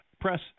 Press